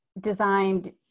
designed